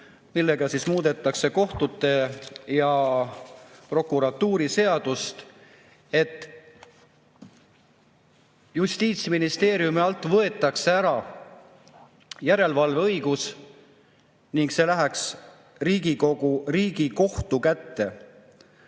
mille kohaselt muudetakse kohtute seadust ja prokuratuuriseadust nii, et Justiitsministeeriumilt võetakse ära järelevalveõigus ning see läheks Riigikohtu kätte,